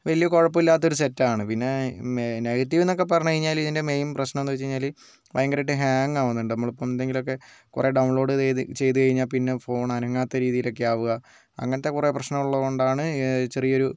വലിയ കുഴപ്പമില്ലാത്ത ഒരു സെറ്റ് ആണ് പിന്നെ നെഗറ്റിവ് എന്നൊക്കെ പറഞ്ഞു കഴിഞ്ഞാൽ ഇതിൻ്റെ മെയിൻ പ്രശ്നം എന്ന് വെച്ച് കഴിഞ്ഞാൽ ഭയങ്കരമായിട്ട് ഹാങ്ങ് ആവുന്നുണ്ട് നമ്മളിപ്പം എന്തെങ്കിലൊക്കെ കുറേ ഡൗൺലോഡ് ചെയ് ചെയ്തു കഴിഞ്ഞാൽ പിന്നെ ഫോൺ അനങ്ങാത്ത രീതിയിലൊക്കെ ആവുക അങ്ങനത്തെ കുറേ പ്രശ്നം ഉള്ളതുകൊണ്ടാണ് ചെറിയൊരു